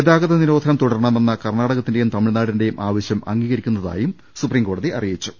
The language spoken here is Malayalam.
ഗതാഗത നിരോധനം തുടരണ മെന്ന കർണാടകത്തിന്റെയും തമിഴ്നാടിന്റെയും ആവശ്യം അംഗീകരി ക്കുന്നതായും സുപ്രീംകോടതി അറിയിച്ചു